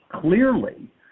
clearly